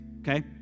okay